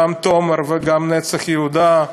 גם "תומר" וגם "נצח יהודה",